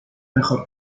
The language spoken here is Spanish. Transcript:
mejor